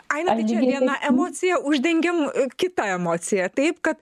aina viena emocija uždengiam kita emocija taip kad